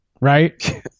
Right